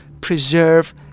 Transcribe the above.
preserve